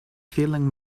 feeling